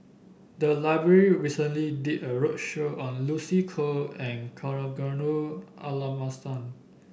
the library recently did a roadshow on Lucy Koh and Kavignareru Amallathasan